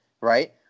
right